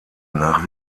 nach